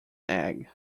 egg